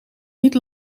niet